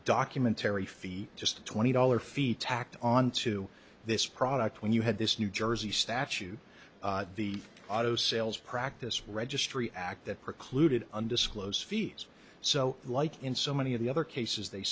document terry fee just a twenty dollars fee tacked on to this product when you had this new jersey statute the auto sales practice registry act that precluded undisclosed fees so like in so many of the other cases they